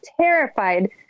terrified